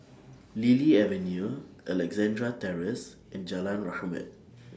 Lily Avenue Alexandra Terrace and Jalan Rahmat